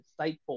insightful